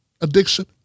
addiction